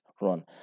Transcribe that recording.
run